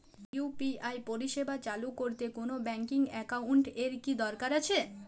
UPI পরিষেবা চালু করতে কোন ব্যকিং একাউন্ট এর কি দরকার আছে?